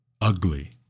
ugly